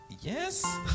Yes